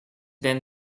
then